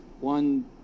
one